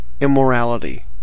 immorality